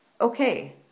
okay